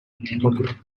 neighborhood